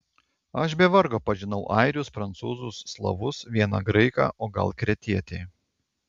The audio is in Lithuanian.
aš be vargo pažinau airius prancūzus slavus vieną graiką o gal kretietį